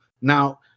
Now